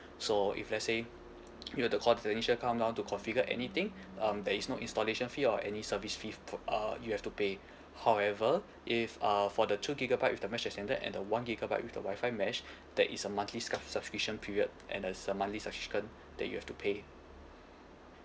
so if let's say you want to call the technician come down to configure anything um there is no installation fee or any service fee pro~ uh you have to pay however if uh for the two gigabyte with the mesh extender and the one gigabyte with the Wi-Fi mesh there is a monthly scuff subscription period and there's a monthly subscription that you have to pay